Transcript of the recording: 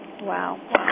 Wow